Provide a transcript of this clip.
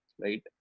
right